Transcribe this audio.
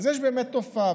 אז יש באמת תופעה,